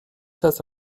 das